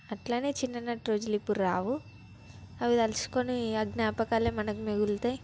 అట్లా చిన్న నాటి రోజులు ఇప్పుడు రావు అవి తలుచుకుని ఆ జ్ఞాపకాలు మనకు మిగులుతాయి